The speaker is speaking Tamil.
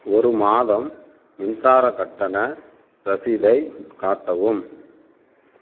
ஒரு மாதம் மின்சார கட்டண ரசீதைக் காட்டவும்